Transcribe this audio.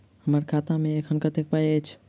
हम्मर खाता मे एखन कतेक पाई अछि?